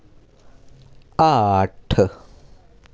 अट्ठ